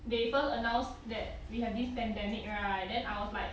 they first announced that we have this pandemic right then I was like